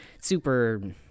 super